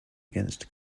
against